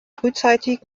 frühzeitig